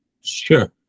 Sure